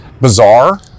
bizarre